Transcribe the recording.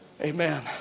Amen